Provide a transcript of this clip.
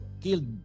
killed